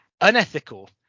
unethical